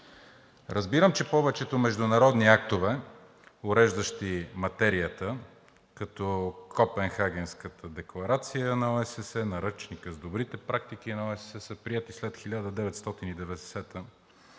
Разбирам, че повечето международни актове, уреждащи материята, като Копенхагенската декларация на ОССЕ, Наръчникът с добрите практики на ОССЕ, са приети след 1990